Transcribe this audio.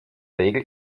regel